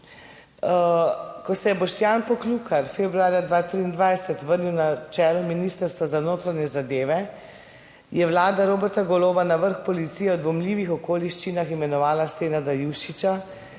Ko se je Boštjan Poklukar februarja 2023 vrnil na čelo Ministrstva za notranje zadeve, je vlada Roberta Goloba na vrh policije v dvomljivih okoliščinah imenovala Senada Jušića,